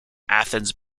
athens